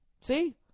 See